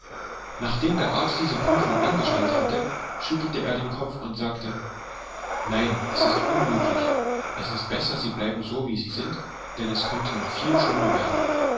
nachdem der arzt diese prüfung angestellt hatte schüttelte er den kopf und sagte nein es ist unmöglich es ist besser sie bleiben so wie sie sind denn es könnte noch viel schlimmer werden